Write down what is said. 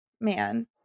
man